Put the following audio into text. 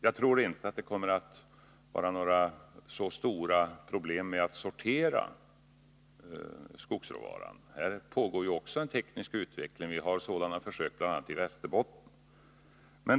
Jag tror dock inte att det kommer att vara så stora problem att sortera skogsråvaran. Här pågår också en teknisk utveckling. Vi har sådana försöki bl.a. Västerbotten.